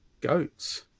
goats